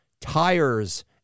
tires